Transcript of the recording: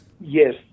Yes